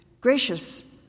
gracious